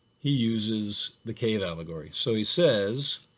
he uses the cave allegory. so he says